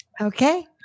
okay